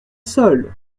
seul